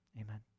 amen